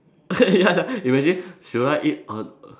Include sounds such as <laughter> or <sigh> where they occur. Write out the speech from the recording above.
<laughs> ya sia imagine should I eat a